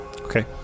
Okay